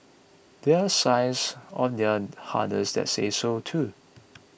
there signs on their harness that say so too